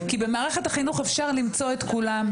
כי במערכת החינוך אפשר למצוא את כולם,